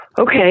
Okay